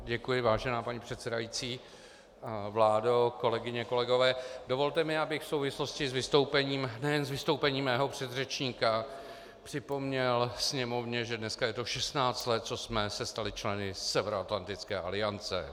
Děkuji, vážená paní předsedající, vládo, kolegyně, kolegové, dovolte mi, abych v souvislosti nejen s vystoupením svého předřečníka připomněl Sněmovně, že dneska je to 16 let, co jsme se stali členy Severoatlantické aliance.